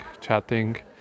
chatting